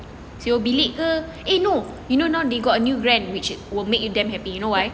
sewa bilik ke eh no you know now they got a new grant which will make you damn happy you know why